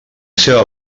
seva